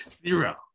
Zero